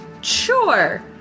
Sure